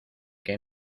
que